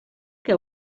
que